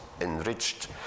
enriched